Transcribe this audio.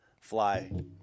fly